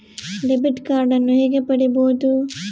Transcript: Debit ಕಾರ್ಡನ್ನು ಹೇಗೆ ಪಡಿಬೋದು?